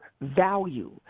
value